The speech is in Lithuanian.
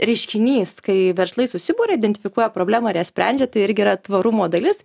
reiškinys kai verslai susiburia identifikuoja problemą ir ją sprendžia tai irgi yra tvarumo dalis